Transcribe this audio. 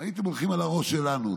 הייתם הולכים על הראש שלנו.